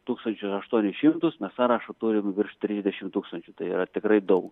tūkstančius aštuonis šimtus mes sąrašą turim virš trisdešim tūkstančių tai yra tikrai daug